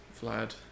Vlad